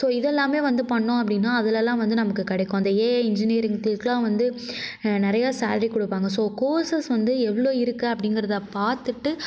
so இதெலாமே வந்து பண்ணிணோம் அப்படின்னா அதெலலாம் வந்து நமக்கு கிடைக்கும் அந்த எஐஎ இஞ்ஜினியரிங்க்கெலாம் வந்து நிறைய சால்ரி கொடுப்பாங்க ஸோ கோர்சஸ் வந்து எவ்வளோ இருக்குது அப்படிங்கறத பார்த்துட்டு